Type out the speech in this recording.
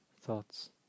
thoughts